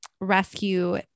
rescue